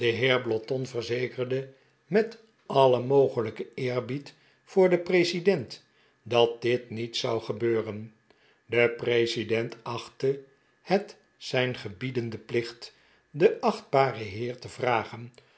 blotton verzekerde met alien mogelijken eerbied voor den president dat dit niet zou gebeuren de president aehtte bet zijn gebiedenden plicht den achtbaren heer te vragen